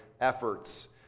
efforts